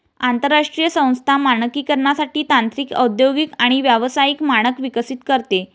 आंतरराष्ट्रीय संस्था मानकीकरणासाठी तांत्रिक औद्योगिक आणि व्यावसायिक मानक विकसित करते